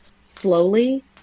slowly